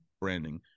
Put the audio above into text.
branding